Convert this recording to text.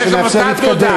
שיש להם אותה תעודה,